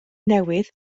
newydd